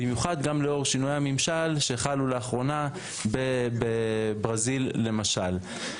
במיוחד גם לאור שינוי הממשל שחלו לאחרונה בברזיל למשל,